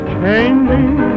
changing